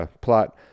plot